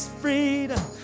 freedom